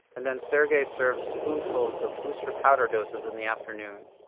and then sergey serves spoonfuls of booster powder doses in the afternoon.